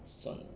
算了